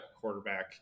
quarterback